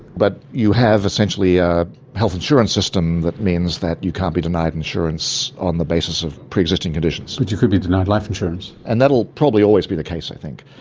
but you have, essentially, a health insurance system that means that you can't be denied insurance on the basis of pre-existing conditions. but you could be denied life insurance. and that will probably always be the case, i think.